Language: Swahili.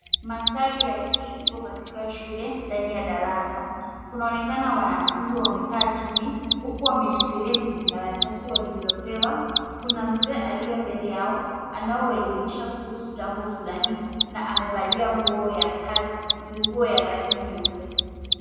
Mandhari ya hii ipo katika shule ndani ya darasa. Kunaonekana wanafunzi wamekaa chini huku wameshikilia vijikaratasi walivyopewa. Kuna mzee aliye mbele yao anaye waelimisha kuhusu jambo fulani na amevalia nguo ya rangi nyeupe.